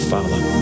Father